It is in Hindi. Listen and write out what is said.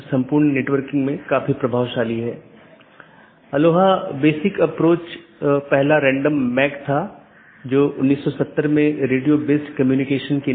वर्तमान में BGP का लोकप्रिय संस्करण BGP4 है जो कि एक IETF मानक प्रोटोकॉल है